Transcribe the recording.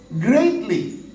Greatly